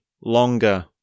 longer